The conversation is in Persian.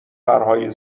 پرهای